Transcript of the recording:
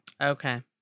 Okay